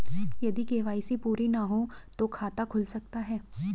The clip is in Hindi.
यदि के.वाई.सी पूरी ना हो तो खाता खुल सकता है?